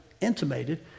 intimated